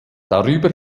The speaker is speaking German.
darüber